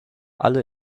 alle